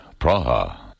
Praha